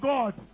God